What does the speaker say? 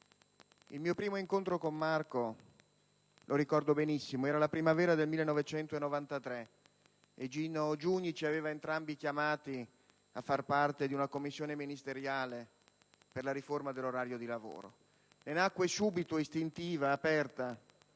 il mio primo incontro con Marco - lo ricordo benissimo - fu nella primavera del 1993. Gino Giugni ci aveva chiamati entrambi a far parte di una commissione ministeriale per la riforma dell'orario di lavoro. Ne nacque subito, istintiva, aperta,